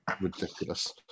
ridiculous